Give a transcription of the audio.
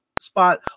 spot